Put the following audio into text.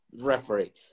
referee